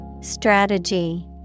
Strategy